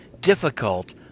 difficult